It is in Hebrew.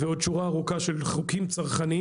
עשינו עוד שורה ארוכה של חוקים צרכניים.